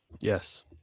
Yes